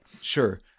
Sure